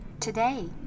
Today